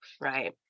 right